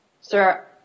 Sir